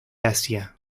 asia